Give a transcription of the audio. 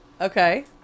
okay